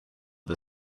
the